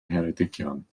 ngheredigion